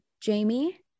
Jamie